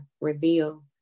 reveal